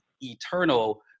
eternal